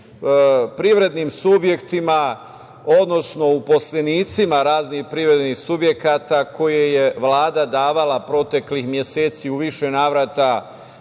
privrednim subjektima, odnosno uposlenicima raznih privrednih subjekata koje je Vlada davala proteklih meseci u više navrata